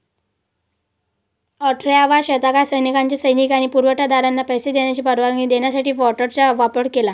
अठराव्या शतकात सैन्याने सैनिक आणि पुरवठा दारांना पैसे देण्याची परवानगी देण्यासाठी वॉरंटचा वापर केला